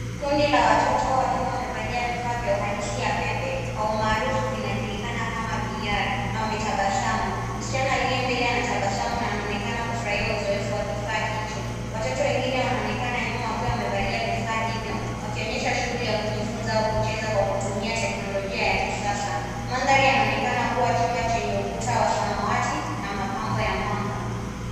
Kundi la watoto wakiwa wamevalia vifaa vya uhalisia ya pepe kwa umaarufu vinajulikana kama VR na wametabasamu. Msichana aliye mbele anatabasamu na anaonekana kufurahia uzoefu wa kifaa hicho, watoto wengine wanonekana nyuma wakiwa wamevalia vifaa hivyo wakionyesha shuguli ya kujifunza au kucheza kwa kutumia teknolojia ya ksiasa. Mandhari yanaonekana kuwa chumba chenye ukuta wa samawati na mapambo ya mwanga.